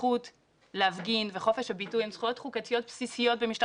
הזכות להפגין וחופש הביטוי הן זכויות חוקתיות בסיסיות במשטר